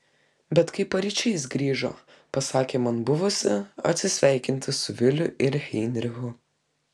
bet kai paryčiais grįžo pasakė man buvusi atsisveikinti su viliu ir heinrichu